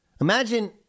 Imagine